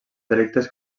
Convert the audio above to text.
delictes